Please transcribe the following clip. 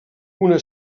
una